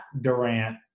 Durant